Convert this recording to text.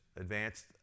advanced